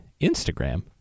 Instagram